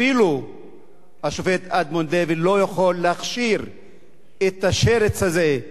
אפילו השופט אדמונד לוי לא יכול להכשיר את השרץ הזה,